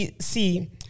see